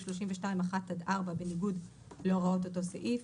32(1) עד (4) בניגוד להוראות אותו סעיף.